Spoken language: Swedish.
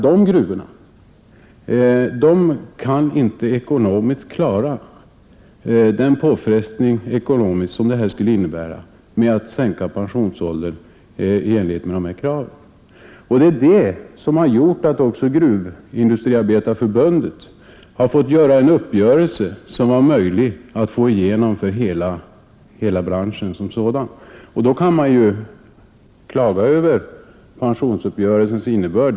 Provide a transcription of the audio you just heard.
De gruvorna kan inte ekonomiskt klara den påfrestning ekonomiskt som det skulle innebära att sänka pensionsåldern i enlighet med de här kraven. Det är det som har gjort att också Gruvindustriarbetarförbundet har fått träffa den uppgörelse som var möjlig att genomföra för hela branschen som sådan. Man kan klaga över pensionsuppgörelsens innebörd, men bör då beakta de skilda ekonomiska förutsättningarna.